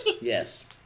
Yes